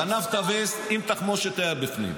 גנבת וסט עם תחמושת שהייתה בפנים.